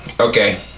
Okay